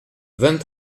vingt